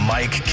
Mike